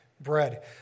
bread